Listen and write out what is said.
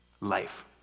life